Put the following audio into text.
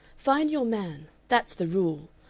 find your man, that's the rule.